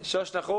שוש נחום